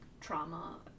trauma